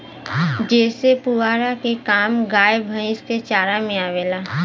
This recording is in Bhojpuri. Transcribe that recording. जेसे पुआरा के काम गाय भैईस के चारा में आवेला